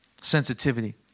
sensitivity